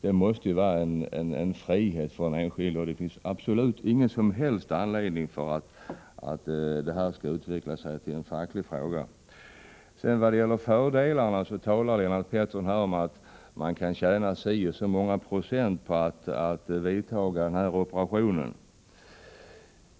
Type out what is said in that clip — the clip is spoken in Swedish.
Det måste ju vara en frihet för den enskilde. Det finns absolut ingen anledning att detta skall utveckla sig till en facklig fråga. Vad gäller fördelarna talar Lennart Pettersson om att man kan tjäna si och så många procent på att genomföra den här operationen.